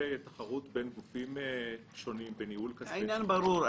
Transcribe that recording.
ותחרות בין גופים שונים בניהול כספי ציבור -- העניין ברור.